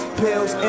pills